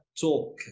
talk